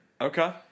Okay